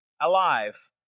alive